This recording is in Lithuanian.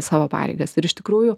savo pareigas ir iš tikrųjų